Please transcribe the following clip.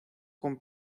con